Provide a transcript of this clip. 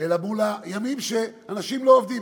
אלא מול הימים שאנשים לא עובדים,